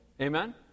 Amen